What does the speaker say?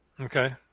Okay